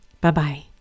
Bye-bye